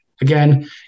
Again